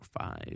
five